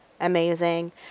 amazing